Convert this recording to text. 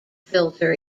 filter